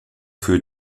für